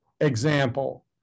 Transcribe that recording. example